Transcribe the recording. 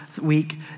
week